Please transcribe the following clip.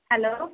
hello